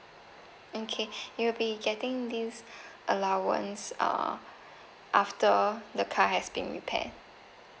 okay you will be getting this allowance uh after the car has been repaired